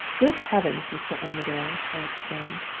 good heavens, mr. armadale i exclaimed,